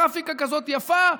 עם גרפיקה כזאת יפה,